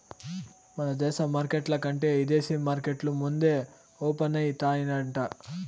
మన దేశ మార్కెట్ల కంటే ఇదేశీ మార్కెట్లు ముందే ఓపనయితాయంట